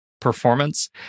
performance